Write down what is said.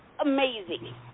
amazing